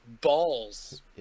balls